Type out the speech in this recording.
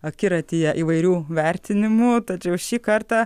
akiratyje įvairių vertinimų tačiau šį kartą